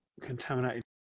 Contaminated